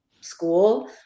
school